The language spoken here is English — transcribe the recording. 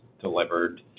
delivered